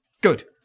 Good